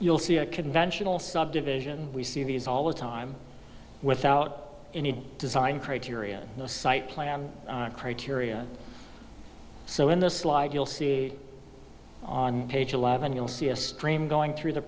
you'll see a conventional subdivision we see these all the time without any design criteria no site plan criteria so in this slide you'll see on page eleven you'll see a stream going through the